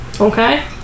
Okay